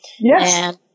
Yes